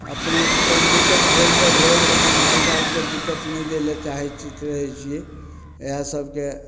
अपने कनी दिक्कत भेल तऽ भेल लेकिन माल जालके दिक्कत नहि दै लए चाहैत रहय छियै इएह सबके